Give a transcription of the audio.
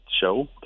show